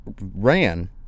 ran